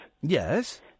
Yes